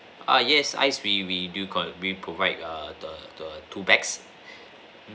ah yes ice we we do we provide the the the two bags